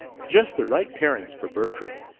just the right parents for bertram,